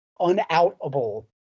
unoutable